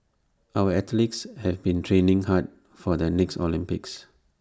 our athletes have been training hard for the next Olympics